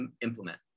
implement